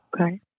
Okay